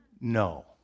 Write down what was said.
No